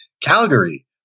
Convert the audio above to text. Calgary